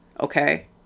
Okay